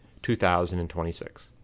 2026